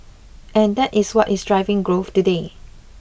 and that is what is driving growth today